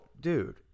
dude